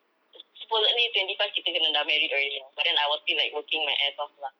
supposedly twenty five kita kena dah married already you know but then I was still like working my ass off lah